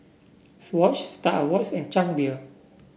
Swatch Star Awards and Chang Beer